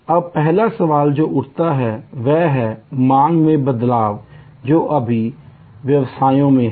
अब पहला सवाल जो हम उठाते हैं वह है मांग में बदलाव जो सभी व्यवसायों में है